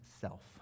self